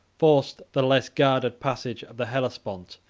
forced the less guarded passage of the hellespont,